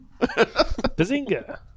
Bazinga